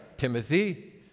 Timothy